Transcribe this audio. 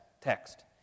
text